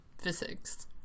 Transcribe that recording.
physics